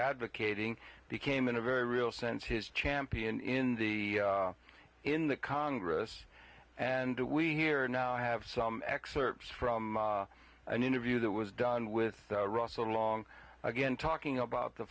advocating became in a very real sense his champion in in the in the congress and we here now have some excerpts from an interview that was done with russell long again talking about the